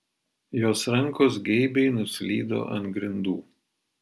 jos rankos geibiai nuslydo ant grindų